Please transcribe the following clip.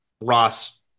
Ross